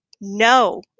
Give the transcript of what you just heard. No